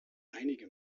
einige